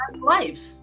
life